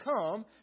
come